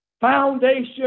foundation